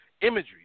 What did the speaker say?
imagery